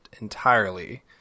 entirely